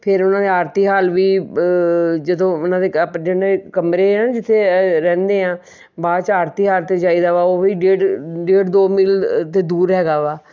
ਫਿਰ ਉਹਨਾਂ ਨੇ ਆਰਤੀ ਹਾਲ ਵੀ ਜਦੋਂ ਉਹਨਾਂ ਦੇ ਕਮਰੇ ਆ ਜਿੱਥੇ ਰਹਿੰਦੇ ਆ ਬਾਅਦ 'ਚ ਆਰਤੀ ਆਰਤੀ ਜਾਈਦਾ ਵਾ ਉਹ ਵੀ ਡੇਢ ਡੇਢ ਦੋ ਮੀਲ 'ਤੇ ਦੂਰ ਹੈਗਾ ਵਾ